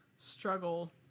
struggle